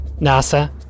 NASA